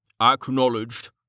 Acknowledged